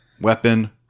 weapon